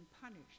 punished